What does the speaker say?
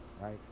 right